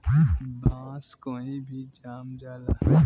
बांस कही भी जाम जाला